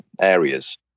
areas